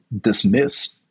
dismiss